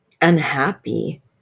unhappy